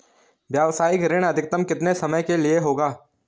व्यावसायिक ऋण अधिकतम कितने समय के लिए होगा?